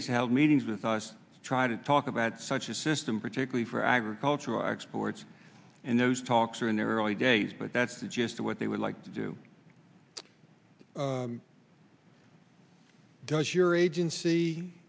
has held meetings with us to try to talk about such a system particularly for agricultural exports and those talks are in their early days but that's the gist of what they would like to do does your agency